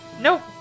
Nope